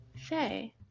Say